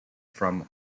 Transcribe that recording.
from